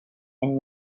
and